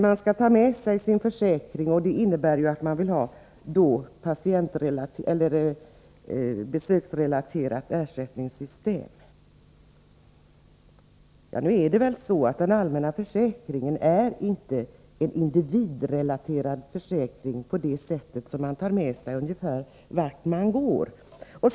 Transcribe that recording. Man skall ta med sig sin försäkring, vilket innebär att man vill ha ett besöksrelaterat ersättningssystem. Nu är det väl så, att den allmänna försäkringen inte är en invidrelaterad försäkring på det sättet att man kan ta den med sig vart man än går.